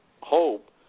hope